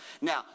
Now